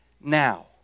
now